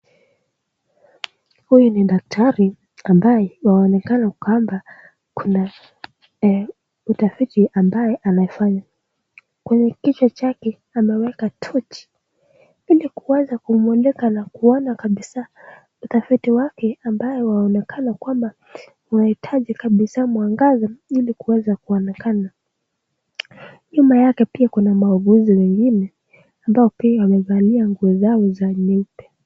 Huyu ni daktari ambaye anaonekana kwamba kuna utafiti ambaye anafanya, kwa kichwa chake ameweka tochi ili kuweza kumulika na kuona kabisa utafiti wake ambayo inaonekana kwamba inahitaji kabisa mwangaza ili kuweza kuonekana, nyuma yake pia kuna maafisa wengine ambao pia wamevalia nguo zao za nyeupe.